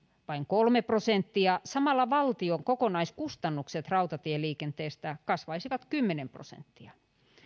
vain kolme prosenttia samalla valtion kokonaiskustannukset rautatieliikenteestä kasvaisivat kymmenen prosenttia